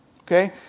Okay